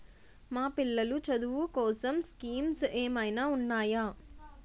మా పిల్లలు చదువు కోసం స్కీమ్స్ ఏమైనా ఉన్నాయా?